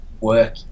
work